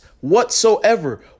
whatsoever